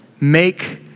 Make